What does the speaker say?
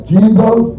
Jesus